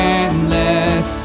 endless